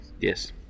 Yes